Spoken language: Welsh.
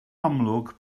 amlwg